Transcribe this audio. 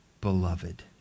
beloved